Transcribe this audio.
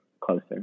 closer